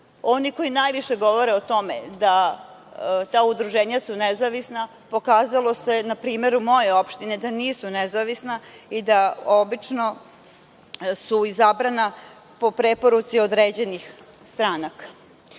oni koji najviše govore o tome da su ta udruženja nezavisna pokazalo se na primeru moje opštine da nisu nezavisna i da su obično izabrana po preporuci određenih stranaka. Da